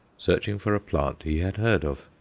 searching for a plant he had heard of.